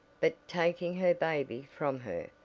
but taking her baby from her,